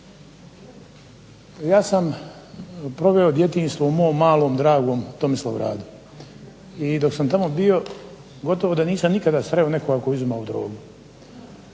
Ja sam proveo djetinjstvo u mom malom dragom Tomislavgradu, i dok sam tamo bio gotovo da nisam nikada sreo nekoga tko je uzimao drogu.